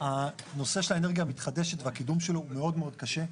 הנושא של האנרגיה המתחדשת והקידום שלו הוא מאוד קשה.